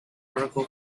article